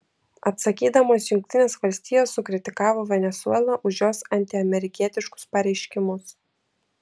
atsakydamos jungtinės valstijos sukritikavo venesuelą už jos antiamerikietiškus pareiškimus